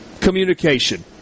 communication